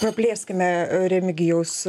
praplėskime remigijaus